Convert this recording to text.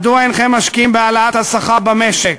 מדוע אינכם משקיעים בהעלאת השכר במשק?